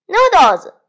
Noodles